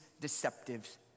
deceptive